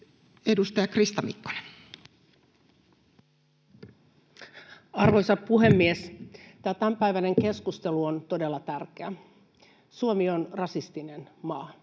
edustaja Krista Mikkonen. Arvoisa puhemies! Tämä tämänpäiväinen keskustelu on todella tärkeä. Suomi on rasistinen maa,